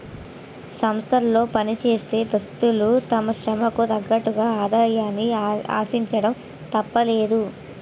సంస్థలో పనిచేసే వ్యక్తులు తమ శ్రమకు తగ్గట్టుగా ఆదాయాన్ని ఆశించడం తప్పులేదు